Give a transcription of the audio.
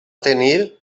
tenir